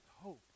hope